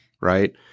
right